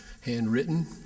handwritten